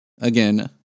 again